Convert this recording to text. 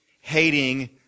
hating